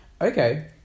Okay